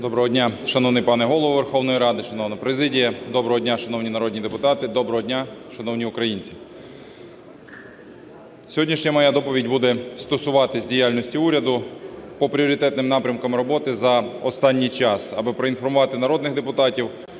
Доброго дня, шановний пане Голово Верховної Ради, шановна президія! Доброго дня, шановні народні депутати! Доброго дня, шановні українці! Сьогоднішня моя доповідь буде стосуватись діяльності уряду по пріоритетним напрямкам роботи за останній час, аби проінформувати народних депутатів,